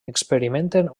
experimenten